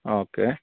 okay